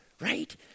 right